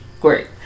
Great